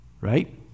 right